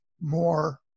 more